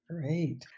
Great